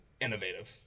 innovative